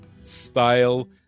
style